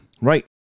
Right